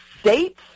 states